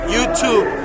YouTube